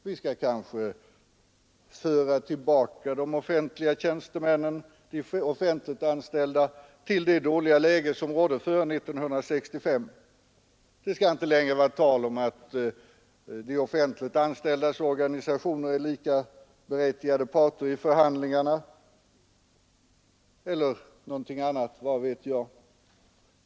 Vi skall kanske föra tillbaka de offentliganställda till det dåliga läge som rådde före 1965; det skall kanske inte längre vara tal om att de offentliganställdas organisationer är likaberättigade parter i förhandlingarna, eller någonting annat vad vet jag!